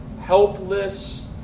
helpless